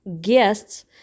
guests